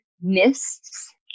mists